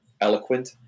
Eloquent